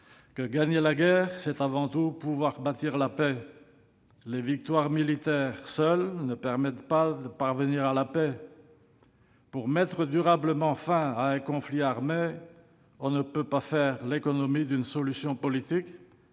de gagner la guerre, c'est avant tout pouvoir bâtir la paix. Les victoires militaires, seules, ne permettent pas de parvenir à la paix. Pour mettre durablement fin à un conflit armé, on ne peut pas faire l'économie d'une solution politique,